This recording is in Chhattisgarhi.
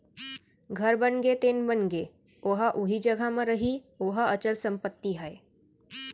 घर बनगे तेन बनगे ओहा उही जघा म रइही ओहा अंचल संपत्ति हरय